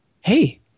hey